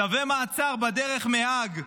צווי מעצר בדרך מהאג,